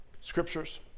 scriptures